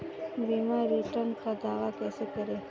बीमा रिटर्न का दावा कैसे करें?